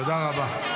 תודה רבה.